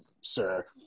sir